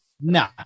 No